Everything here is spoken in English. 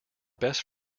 best